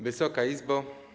Wysoka Izbo!